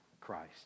Christ